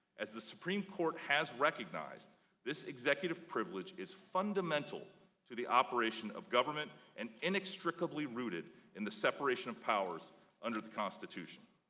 the supreme court has recognized this executive privilege is fundamental to the operation of government and inextricably rooted in the separation of powers under the constitution.